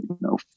no